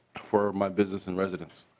for my business and residence.